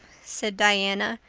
said diana,